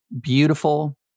Beautiful